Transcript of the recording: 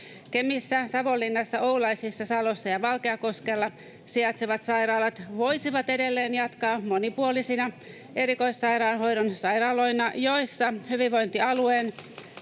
Kemissä, Savonlinnassa, Oulaisissa, Salossa ja Valkeakoskella sijaitsevat sairaalat voisivat edelleen jatkaa monipuolisina erikoissairaanhoidon sairaaloina, joissa hyvinvointialueen